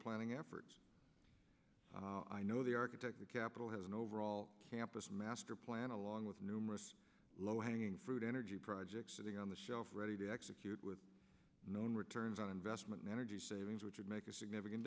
planning effort i know the architect of capital has an overall campus master plan along with numerous low hanging fruit energy projects sitting on the shelf ready to execute with known returns on investment in energy savings which would make a significant